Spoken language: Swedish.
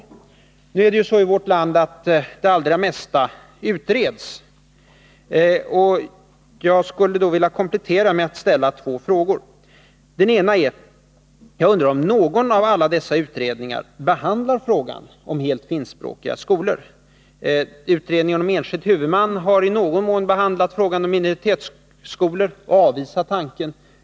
Eftersom det är så i vårt land att det allra mesta utreds, vill jag ställa två kompletterande frågor. Min första fråga är: Behandlar någon av alla dessa utredningar frågan om helt finskspråkiga skolor? Utredningen om enskild huvudman har i någon mån behandlat frågan om minoritetsskolor, och den avvisar tanken.